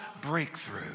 breakthrough